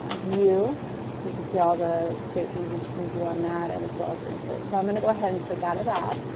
ah view you can see all the great things that you can view on that, and as well as insert. so i'm going to go ahead and click out of that.